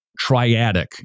triadic